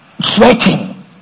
sweating